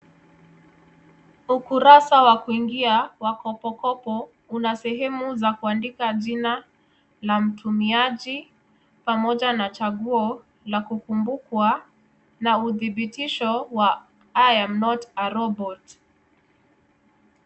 Ukurasa wa kuingia wa kopokopo una sehemu za kuandika jina la mtumiaji, pamoja na chaguo la kukumbukwa, na udhibitisho wa I am not a robot .